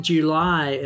July